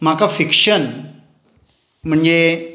म्हाका फिक्शन म्हणजे